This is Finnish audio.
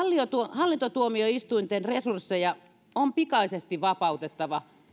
hallintotuomioistuinten resursseja on pikaisesti vapautettava